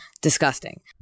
Disgusting